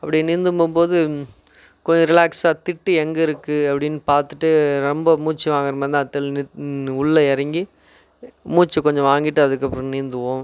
அப்படி நீந்தும் போகும்போது கொஞ்சம் ரிலாக்ஸாக திட்டு எங்கருக்கு அப்படின்னு பார்த்துட்டு ரொம்ப மூச்சு வாங்குகிறமாரி இருந்தால் நின் உள்ளே இறங்கி மூச்சை கொஞ்சம் வாங்கிட்டு அதுக்கப்புறம் நீந்துவோம்